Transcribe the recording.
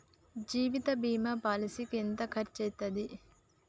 జీవిత బీమా పాలసీకి ఎంత ఖర్చయితది?